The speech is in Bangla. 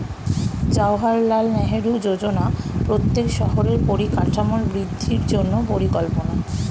জাওহারলাল নেহেরু যোজনা প্রত্যেক শহরের পরিকাঠামোর বৃদ্ধির জন্য পরিকল্পনা